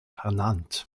ernannt